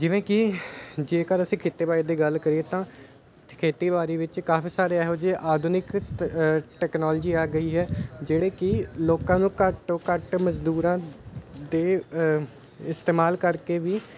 ਜਿਵੇਂ ਕਿ ਜੇਕਰ ਅਸੀਂ ਖੇਤੀਬਾੜੀ ਦੀ ਗੱਲ ਕਰੀਏ ਤਾਂ ਖੇਤੀਬਾੜੀ ਵਿੱਚ ਕਾਫੀ ਸਾਰੇ ਇਹੋ ਜਿਹੇ ਆਧੁਨਿਕ ਟੈਕਨੋਲਜੀ ਆ ਗਈ ਹੈ ਜਿਹੜੇ ਕਿ ਲੋਕਾਂ ਨੂੰ ਘੱਟ ਤੋਂ ਘੱਟ ਮਜ਼ਦੂਰਾਂ ਦੇ ਇਸਤੇਮਾਲ ਕਰਕੇ ਵੀ